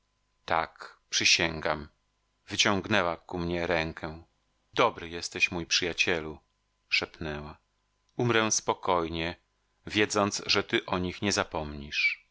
tak przysięgam wyciągnęła ku mnie rękę dobry jesteś mój przyjacielu szepnęła umrę spokojnie wiedząc że ty o nich nie zapomnisz